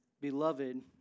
Beloved